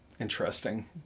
interesting